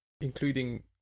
including